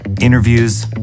interviews